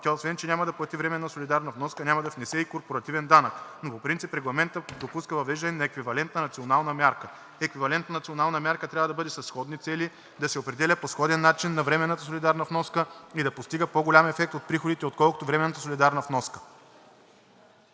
тя, освен че няма да плати временна солидарна вноска, няма да внесе и корпоративен данък. Но по принцип Регламентът допуска въвеждането на еквивалентна национална мярка. Еквивалентната национална мярка трябва да бъде със сходни цели, да се определя по сходен начин на временната солидарна вноска и да постига по-голям ефект от приходите, отколкото временната солидарна вноска.